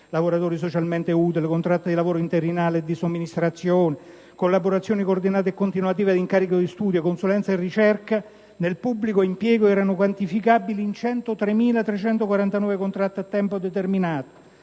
lavoratori socialmente utili, contratti di lavoro interinale e di somministrazione, collaborazioni coordinate e continuative ed incarichi di studio, consulenza e ricerca) nel pubblico impiego era quantificabile in 103.349 contratti a tempo determinato,